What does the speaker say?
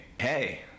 hey